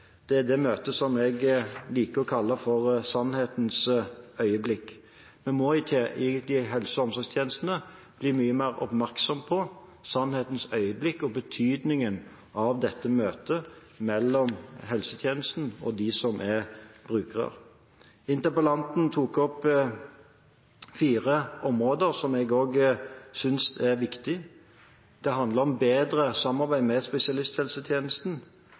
Det er det møtet som jeg liker å kalle for sannhetens øyeblikk. Vi må i helse- og omsorgstjenestene bli mye mer oppmerksom på sannhetens øyeblikk og betydningen av dette møtet mellom helsetjenesten og de som er brukere. Interpellanten tok opp fire områder, som også jeg synes er viktig. Det handler om bedre samarbeid med spesialisthelsetjenesten.